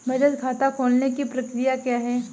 बचत खाता खोलने की प्रक्रिया क्या है?